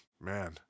man